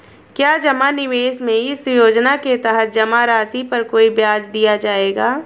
क्या जमा निवेश में इस योजना के तहत जमा राशि पर कोई ब्याज दिया जाएगा?